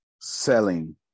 selling